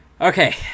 Okay